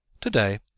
Today